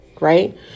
right